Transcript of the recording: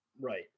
right